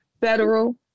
federal